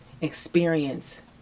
experience